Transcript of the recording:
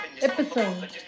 Episode